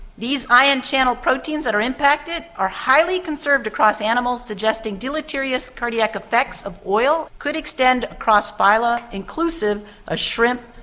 these ion channel proteins that are impacted are highly conserved across animals, suggesting deleterious cardiac effects of oil could extend across phyla, inclusive are ah shrimp,